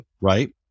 right